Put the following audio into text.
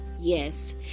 yes